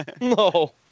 No